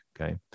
Okay